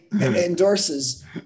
endorses